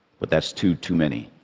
but that's two too many.